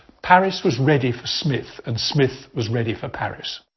paris was ready for smith and smith was ready for paris.